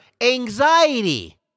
anxiety